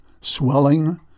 swelling